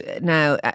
now